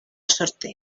sorteo